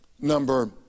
number